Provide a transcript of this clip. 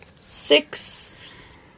six